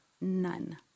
None